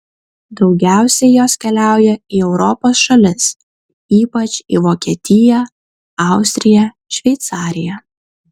daugiausiai jos keliauja į europos šalis ypač į vokietiją austriją šveicariją